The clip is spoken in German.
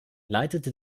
leitete